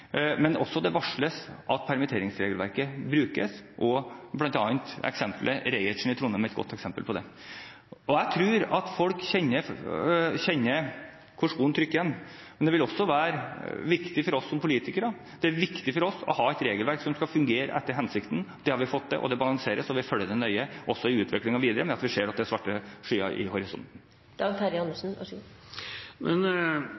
men det varsles at permitteringsregelverket brukes, og bl.a. Reinertsen i Trondheim er et godt eksempel på det. Jeg tror folk kjenner hvor skoen trykker. Det er også viktig for oss som politikere å ha et regelverk som fungerer etter hensikten. Det har vi fått til, og det balanserer. Vi følger utviklingen nøye videre, men vi ser at det er svarte skyer i